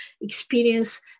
experience